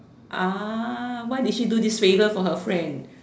ah why did he do this favor for her friend